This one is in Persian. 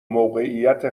موقعیت